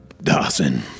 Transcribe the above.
Dawson